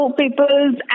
people's